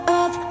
up